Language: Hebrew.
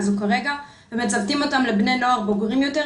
אז הוא כרגע מצוותים אותם לבני נוער בוגרים יותר,